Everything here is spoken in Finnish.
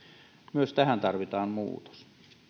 myös tähän tarvitaan muutos